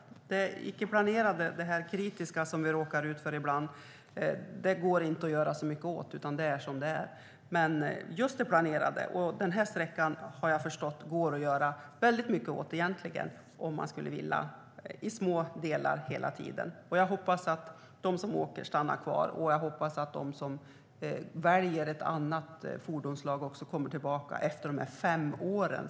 Det icke planerade och det kritiska som vi ibland råkar ut för går det inte att göra så mycket åt, utan det är som det är. Jag har förstått att det, om man skulle vilja, egentligen går att göra mycket åt just denna sträcka, i små delar hela tiden. Jag hoppas att de som åker stannar kvar, och jag hoppas att de som väljer ett annat fordonsslag kommer tillbaka efter de fem åren.